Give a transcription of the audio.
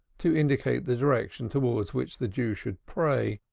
to indicate the direction towards which the jew should pray,